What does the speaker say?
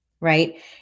right